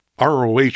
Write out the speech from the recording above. ROH